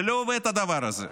זה לא עובד, הדבר הזה.